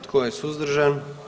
Tko je suzdržan?